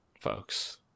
Folks